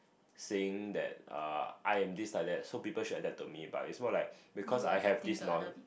saying that uh I am this like that so people should adapt to me but is more like because I have this knowl~